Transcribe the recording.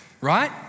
right